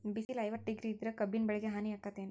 ಬಿಸಿಲ ಐವತ್ತ ಡಿಗ್ರಿ ಇದ್ರ ಕಬ್ಬಿನ ಬೆಳಿಗೆ ಹಾನಿ ಆಕೆತ್ತಿ ಏನ್?